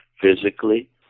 physically